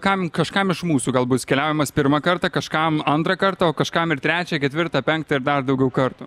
kam kažkam iš mūsų gal bus keliavimas pirmą kartą kažkam antrą kartą o kažkam ir trečią ketvirtą penktą ir dar daugiau kartų